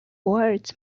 words